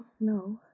no